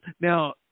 Now